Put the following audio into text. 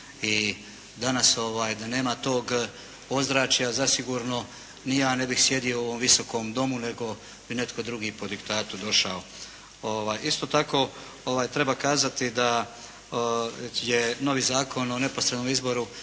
I danas da nema tog ozračja zasigurno ni ja ne bih sjedio u ovom Visokom domu, nego bi netko drugi po diktatu došao. Isto tako, treba kazati da je novi Zakon o neposrednom izboru